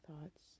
thoughts